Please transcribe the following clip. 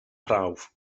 prawf